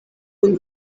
kun